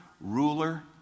ruler